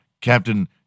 Captain